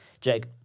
Jake